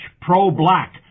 pro-black